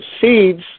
seeds